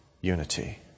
unity